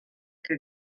que